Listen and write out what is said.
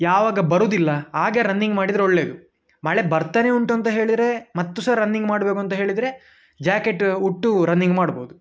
ಯಾವಾಗ ಬರುವುದಿಲ್ಲ ಆಗ ರನ್ನಿಂಗ್ ಮಾಡಿದರೆ ಒಳ್ಳೆಯದು ಮಳೆ ಬರ್ತನೆೇ ಉಂಟು ಅಂತ ಹೇಳಿದ್ರೆ ಮತ್ತು ಸಹ ರನ್ನಿಂಗ್ ಮಾಡ್ಬೇಕು ಅಂತ ಹೇಳಿದರೆ ಜಾಕೆಟ್ ಉಟ್ಟು ರನ್ನಿಂಗ್ ಮಾಡ್ಬೋದು